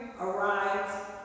arrives